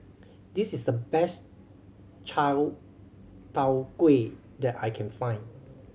this is the best Chai Tow Kuay that I can find